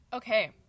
okay